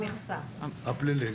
הפלילי.